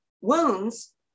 wounds